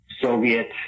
Soviet